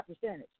percentage